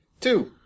Two